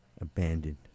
abandoned